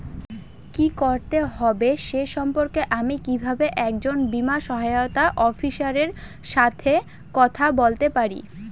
কী করতে হবে সে সম্পর্কে আমি কীভাবে একজন বীমা সহায়তা অফিসারের সাথে কথা বলতে পারি?